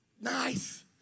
Nice